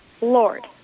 Lord